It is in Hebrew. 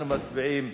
אנחנו מצביעים.